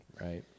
Right